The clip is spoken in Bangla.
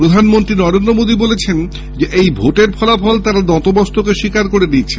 প্রধানমন্ত্রী নরেন্দ্র মোদী বলেছেন এই ভোটের ফল তারা নত মস্তকে স্বীকার করে নিচ্ছেন